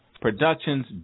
Productions